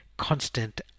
constant